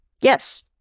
yes